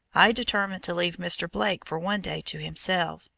i determined to leave mr. blake for one day to himself,